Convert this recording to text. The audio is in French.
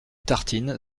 tartines